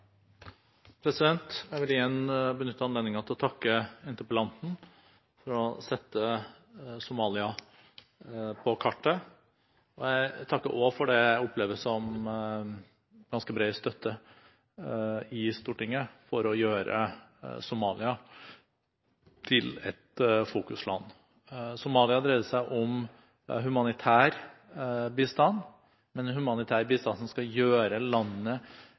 Jeg vil igjen benytte anledningen til å takke interpellanten for å sette Somalia på kartet. Jeg takker også for det jeg opplever som ganske bred støtte i Stortinget for å gjøre Somalia til et fokusland. I Somalia dreier det seg om humanitær bistand – den humanitære bistanden som skal gjøre landet